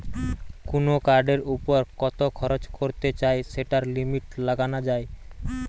কুনো কার্ডের উপর কত খরচ করতে চাই সেটার লিমিট লাগানা যায়